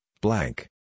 blank